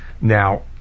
Now